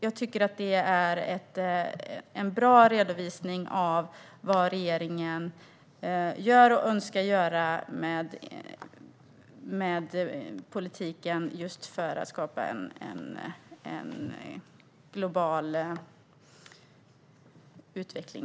Jag tycker att det är en bra redovisning av vad regeringen gör och önskar göra i politiken just för att skapa en global utveckling.